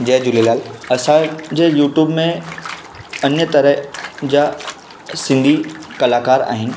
जय झूलेलाल असां जे यूट्यूब में अन्य तरह जा सिंधी कलाकार आहिनि